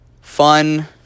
fun